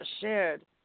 shared